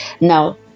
now